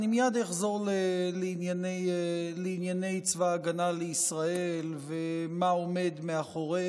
אני מייד אחזור לענייני צבא ההגנה לישראל ומה שעומד מאחורי